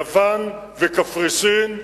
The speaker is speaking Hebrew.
יוון וקפריסין,